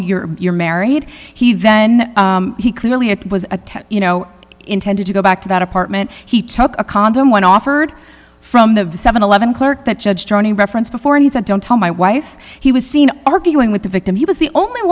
you're you're married he then he clearly it was a test you know intended to go back to that apartment he took a condom when offered from the seven eleven clerk that judge johnny reference before he said don't tell my wife he was seen arguing with the victim he was the only